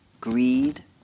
Greed